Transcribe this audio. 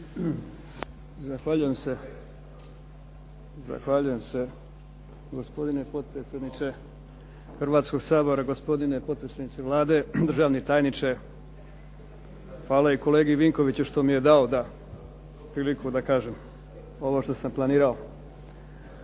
Zahvaljujem se gospodine potpredsjedniče Hrvatskoga sabora, gospodine potpredsjedniče Vlade, državni tajniče, hvala i kolegi Vinkoviću što mi je dao priliku da kažem ovo što sam planirao.